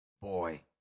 boy